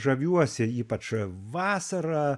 žaviuosi ypač vasarą